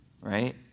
Right